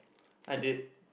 I did